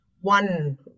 one